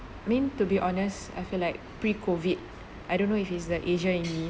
I mean to be honest I feel like pre COVID I don't know if it's the asian in me